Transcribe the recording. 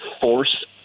force